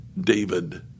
David